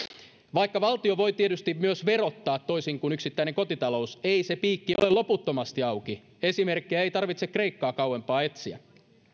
vaikka valtio voi tietysti myös verottaa toisin kuin yksittäinen kotitalous ei se piikki ole loputtomasti auki esimerkkejä ei tarvitse kreikkaa kauempaa etsiä